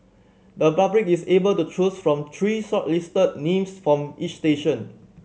the public is able to choose from three shortlisted names for each station